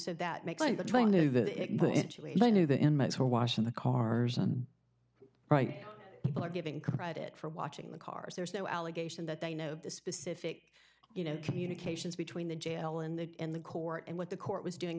do the i knew the inmates were washing the cars and right people are giving credit for watching the cars there's no allegation that they know the specific you know communications between the jail in the in the court and what the court was doing